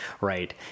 right